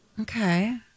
Okay